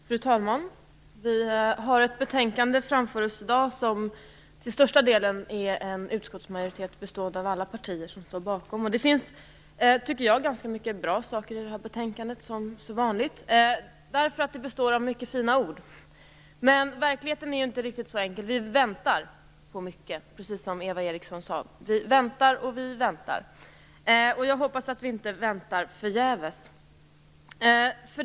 Fru talman! Vi har ett betänkande framför oss i dag som en utskottsmajoritet bestående av alla partier till största delen står bakom. Det finns som vanligt, tycker jag, ganska många bra saker i det här betänkandet. Det består av många fina ord. Men verkligheten är inte riktigt så enkel. Vi väntar på mycket, precis som Eva Eriksson sade. Vi väntar och vi väntar. Jag hoppas att vi inte väntar förgäves.